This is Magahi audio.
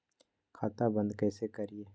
खाता बंद कैसे करिए?